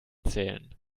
zählen